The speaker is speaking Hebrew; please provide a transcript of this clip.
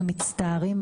אנחנו מצטערים,